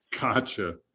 Gotcha